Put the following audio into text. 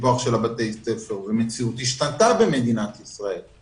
המציאות השתנתה במדינת ישראל.